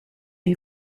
you